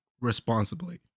responsibly